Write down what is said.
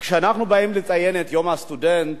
וכשאנחנו באים לציין את יום הסטודנט,